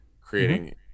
creating